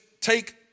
take